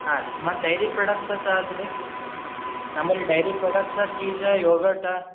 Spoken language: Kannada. ಹಾಂ ರೀ ಮತ್ತು ಡೈರಿ ಪ್ರೊಡಕ್ಸಾತು ಅದು ರೀ ನಂಬಲ್ಲಿ ಡೈರಿ ಪ್ರೊಡಕ್ಸಾ ಚೀಸಾ ಯೋಗಟಾ